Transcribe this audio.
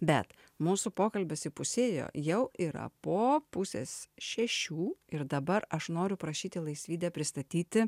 bet mūsų pokalbis įpusėjo jau yra po pusės šešių ir dabar aš noriu prašyti laisvydę pristatyti